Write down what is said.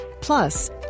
Plus